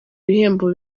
ibihembo